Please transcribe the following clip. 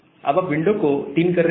अब आप विंडो को 3 कर रहे हैं